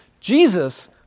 Jesus